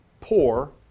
Poor